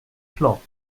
clock